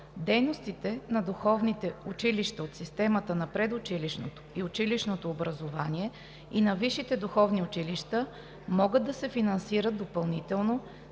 Дейностите на духовните училища от системата на предучилищното и училищното образование и на висшите духовни училища могат да се финансират допълнително